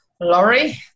Laurie